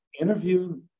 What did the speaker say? Interview